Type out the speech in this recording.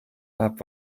läheb